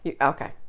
Okay